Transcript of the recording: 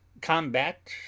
Combat